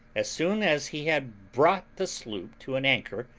as soon as he had brought the sloop to an anchor,